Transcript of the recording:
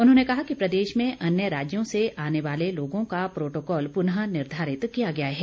उन्होंने कहा कि प्रदेश में अन्य राज्यों से आने वाले लोगों का प्रोटोकॉल पुनः निर्धारित किया गया है